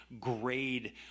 grade